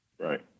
Right